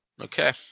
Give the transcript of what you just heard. Okay